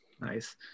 nice